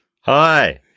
Hi